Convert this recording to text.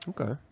okay